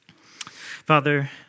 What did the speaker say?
Father